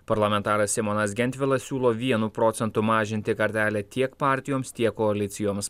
parlamentaras simonas gentvilas siūlo vienu procentu mažinti kartelę tiek partijoms tiek koalicijoms